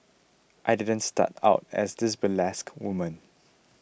I didn't start out as this burlesque woman